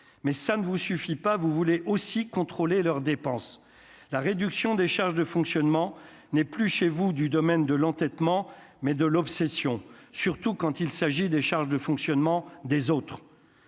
mais ça ne vous suffit pas, vous voulez aussi contrôler leurs dépenses, la réduction des charges de fonctionnement n'est plus chez vous, du domaine de l'entêtement mais de l'obsession, surtout quand il s'agit des charges de fonctionnement des autres.